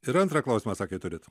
ir antrą klausimą sakėt turit